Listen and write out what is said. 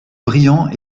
brillants